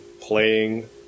playing